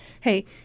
hey